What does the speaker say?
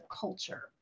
culture